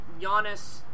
Giannis